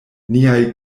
niaj